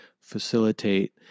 facilitate